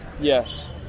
yes